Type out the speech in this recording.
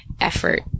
effort